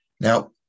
Now